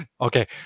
okay